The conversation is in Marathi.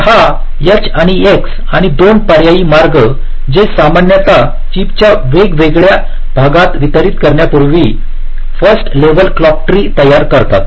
तर हा H आणि X आणि 2 पर्यायी मार्ग जे सामान्यत चिपच्या वेगवेगळ्या भागात वितरित करण्यापूर्वी फर्स्ट लेवल क्लॉक ट्री तयार करतात